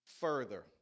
further